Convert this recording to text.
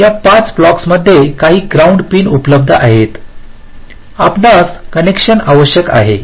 या 5 ब्लॉक्समध्ये काही ग्राउंड पिन उपलब्ध आहेत आपणास कनेक्शन आवश्यक आहे